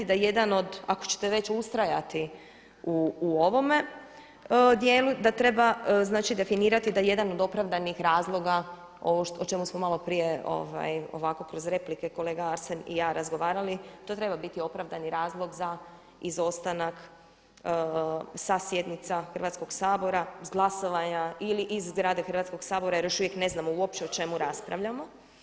Da jedan od, ako ćete već ustrajati u ovome, dijelu da treba, znači definirati da jedan od opravdanih razloga, ovo o čemu smo malo prije ovako kroz replike kolega Arsen i ja razgovarali, to treba biti opravdani razlog za izostanak sa sjednica Hrvatskog sabora, sa glasovanja ili iz zgrade Hrvatskoga sabora, jer još uvijek ne znamo uopće o čemu raspravljamo.